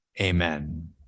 Amen